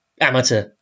amateur